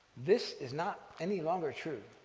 this is not any longer true.